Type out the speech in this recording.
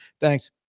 Thanks